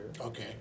Okay